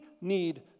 need